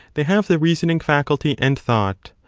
they have the reasoning faculty and thought.